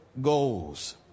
goals